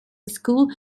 school